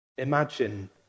Imagine